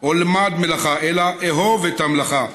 או "למד מלאכה", אלא "אהב את המלאכה"